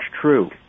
true